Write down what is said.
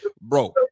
Bro